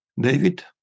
David